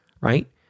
Right